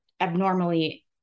abnormally